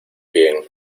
bien